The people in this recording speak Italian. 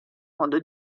modo